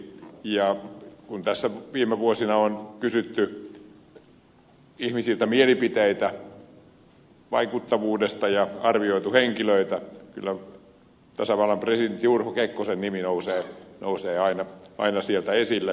ja kun tässä viime vuosina on kysytty ihmisiltä mielipiteitä vaikuttavuudesta ja arvioitu henkilöitä niin kyllä tasavallan presidentti urho kekkosen nimi nousee aina sieltä esille